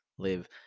live